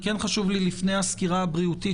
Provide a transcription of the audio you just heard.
כן חשוב לי לפני הסקירה הבריאות,